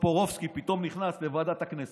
טופורובסקי פתאום נכנס לוועדת הכנסת,